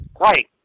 Right